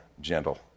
gentle